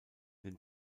den